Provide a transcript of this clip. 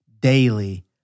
daily